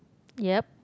ya